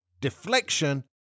deflection